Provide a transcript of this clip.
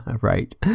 right